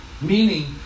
Meaning